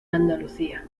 andalucía